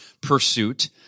pursuit